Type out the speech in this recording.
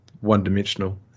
one-dimensional